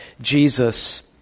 Jesus